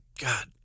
God